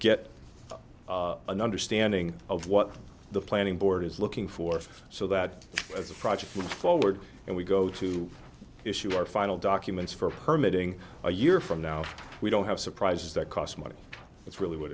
get an understanding of what the planning board is looking for so that as the project forward and we go to issue our final documents for her meeting a year from now we don't have surprises that cost money that's really what